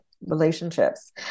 relationships